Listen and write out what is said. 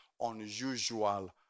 unusual